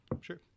Sure